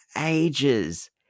ages